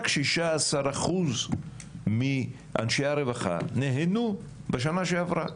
רק 16% מאנשי הרווחה נהנו בשנה שעברה,